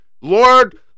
Lord